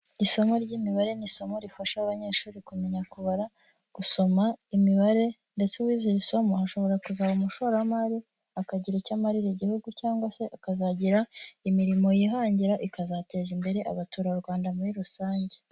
Isomo ry'imibare ni isomo rifasha abanyeshuri kumenya kubara, gusoma imibare, ndetse uwize iri somo ashobora kuzaba umushoramari akagira icyo amarira igihugu cyangwa se akazagira imirimo yihangira, ikazateza imbere abaturarwanda muri rusange.